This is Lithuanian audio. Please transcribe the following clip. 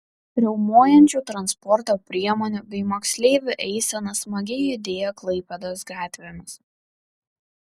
riaumojančių transporto priemonių bei moksleivių eisena smagiai judėjo klaipėdos gatvėmis